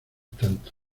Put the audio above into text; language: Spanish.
tanto